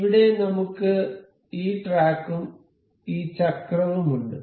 ഇവിടെ നമുക്ക് ഈ ട്രാക്കും ഈ ചക്രവും ഉണ്ട്